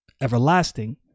everlasting